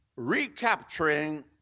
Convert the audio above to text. Recapturing